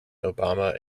obama